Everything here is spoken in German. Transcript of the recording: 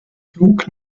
flug